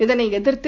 இதனை எதிர்த்து